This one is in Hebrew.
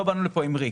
לא באנו לפה עם ריק,